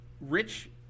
Rich